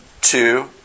two